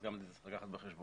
גם את זה צריך לקחת בחשבון.